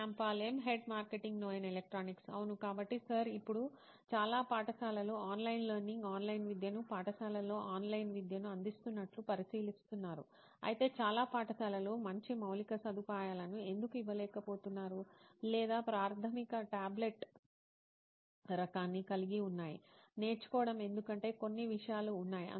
Shyam Pal M head marketing నోయిన్ electronics అవును కాబట్టి సర్ ఇప్పుడు చాలా పాఠశాలలు ఆన్లైన్ లెర్నింగ్ ఆన్లైన్ విద్యను పాఠశాలల్లో ఆన్లైన్ విద్యను అందిస్తున్నట్లు పరిశీలిస్తున్నారు అయితే చాలా పాఠశాలలు మంచి మౌలిక సదుపాయాలను ఎందుకు ఇవ్వలేకపోతున్నారు లేదా ప్రాథమిక టాబ్లెట్ రకాన్ని కలిగి ఉన్నాయి నేర్చుకోవడం ఎందుకంటే కొన్ని విషయాలు ఉన్నాయి